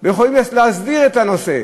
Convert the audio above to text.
ויכולים להסדיר את הנושא.